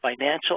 financial